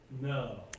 No